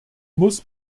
muss